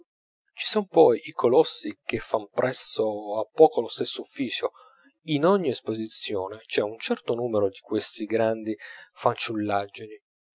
ci son poi i colossi che fan presso a poco lo stesso ufficio in ogni esposizione c'è un certo numero di queste grandi fanciullaggini qui